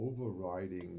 overriding